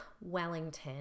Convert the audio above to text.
Wellington